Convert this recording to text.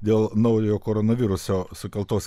dėl naujojo koronaviruso sukeltos